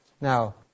Now